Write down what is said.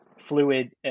fluid